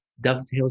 dovetails